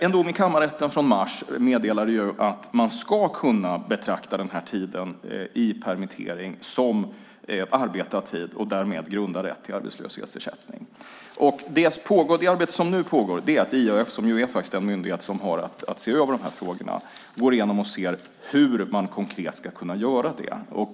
En dom i kammarrätten från mars meddelade att man ska kunna betrakta tiden i permittering som arbetad tid och därmed vara grund för rätt till arbetslöshetsersättning. Det arbete som nu pågår är att IAF som är den myndighet som har att se över de här frågorna går igenom och ser hur man konkret ska kunna göra det.